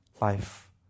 life